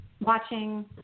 watching